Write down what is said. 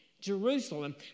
Jerusalem